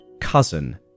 cousin